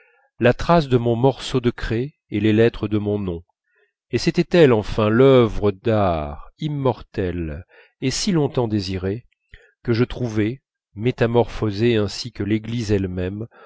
la trace de mon morceau de craie et les lettres de mon nom et c'était elle enfin l'œuvre d'art immortelle et si longtemps désirée que je trouvais métamorphosée ainsi que l'église elle-même